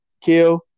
kill